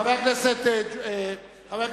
חבר הכנסת אורון,